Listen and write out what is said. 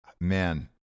man